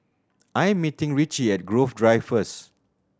I am meeting Richie at Grove Drive first